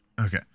Okay